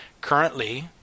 Currently